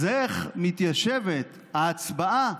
אז איך מתיישבת ההצבעה